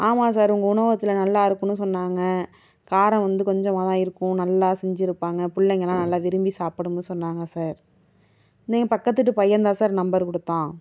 ஆமாம் சார் உங்கள் உணவகத்தில் நல்லாயிருக்குன்னு சொன்னாங்க காரம் கொஞ்சமாகதா இருக்கும் நல்லா செஞ்சுருப்பாங்க பிள்ளைங்கலாம் நல்லா விரும்பி சாப்பிடும்ன்னு சொன்னாங்க சார் பக்கத்துக்கு வீட்டு பையன்தான் சார் நம்பர் கொடுத்தான்